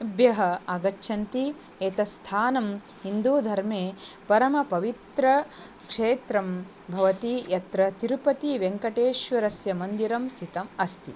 भ्यः आगच्छन्ति एतत् स्थानं हिन्दुधर्मे परमपवित्रक्षेत्रं भवति यत्र तिरुपतिवेङ्कटेश्वरस्य मन्दिरं स्थितम् अस्ति